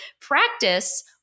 practice